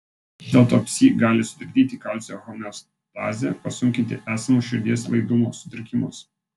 vis dėlto psi gali sutrikdyti kalcio homeostazę pasunkinti esamus širdies laidumo sutrikimus